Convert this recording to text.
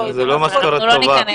זה לא משכורת טובה,